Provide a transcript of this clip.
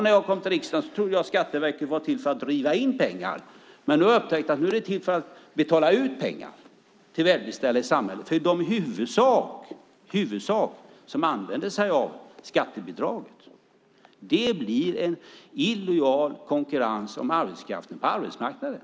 När jag kom till riksdagen trodde jag att Skatteverket var till för att driva in pengar, men nu har jag upptäckt att det är till för att betala ut pengar till välbeställda i samhället, som är de som i huvudsak använder sig av skattebidraget. Det blir en illojal konkurrens om arbetskraften på arbetsmarknaden.